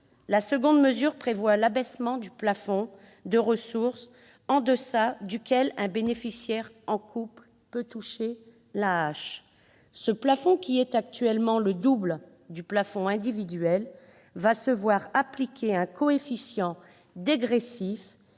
la seconde mesure prévoit l'abaissement du plafond de ressources en deçà duquel un bénéficiaire en couple peut toucher l'AAH. Ce plafond, qui est actuellement le double du plafond individuel, va se voir appliquer un coefficient dégressif,